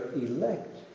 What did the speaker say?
elect